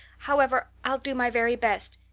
however, i'll do my very best.